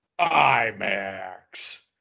IMAX